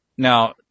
Now